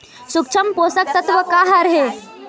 सूक्ष्म पोषक तत्व का हर हे?